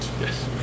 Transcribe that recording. Yes